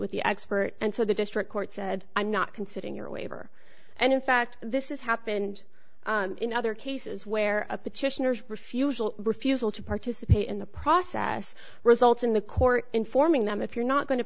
with the expert and so the district court said i'm not considering your waiver and in fact this is happened in other cases where a petitioners refusal refusal to participate in the process results in the court informing them if you're not going to